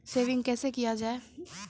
Saving कैसै किया जाय?